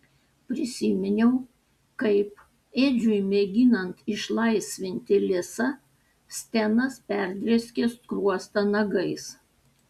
prisiminiau kaip edžiui mėginant išlaisvinti lisą stenas perdrėskė skruostą nagais